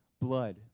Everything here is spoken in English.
blood